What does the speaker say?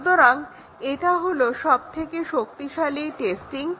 সুতরাং এটা হলো সবথেকে শক্তিশালী টেস্টিং